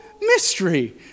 mystery